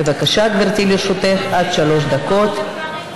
בבקשה, גברתי, לרשותך עד שלוש דקות.